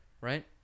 right